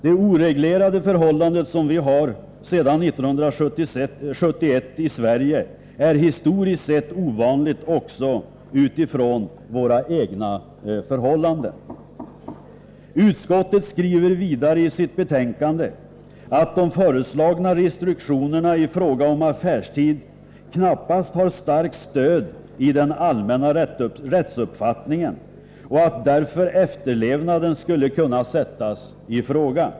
Det oreglerade förhållande som vi sedan 1971 har i Sverige är historiskt sett ovanligt också utifrån våra egna förhållanden. Utskottet skriver vidare i sitt betänkande att de föreslagna restriktionerna i fråga om affärstid knappast har starkt stöd i den allmänna rättsuppfattningen och att därför efterlevnaden skulle kunna sättas i fråga.